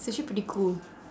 it's actually pretty cool